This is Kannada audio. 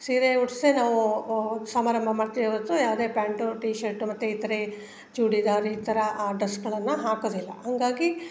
ಸೀರೆ ಉಡಿಸೇ ನಾವು ಸಮಾರಂಭ ಮಾಡ್ತೇವೆ ಹೊರತು ಯಾವುದೇ ಪ್ಯಾಂಟು ಟೀ ಶರ್ಟು ಮತ್ತು ಇತರೆ ಚೂಡಿದಾರ್ ಈ ಥರ ಆ ಡ್ರಸ್ಗಳನ್ನು ಹಾಕೋದಿಲ್ಲ ಹಾಗಾಗಿ